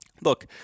look